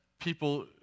people